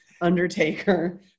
Undertaker